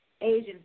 Asian